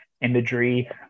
imagery